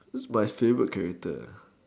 that mine favorite character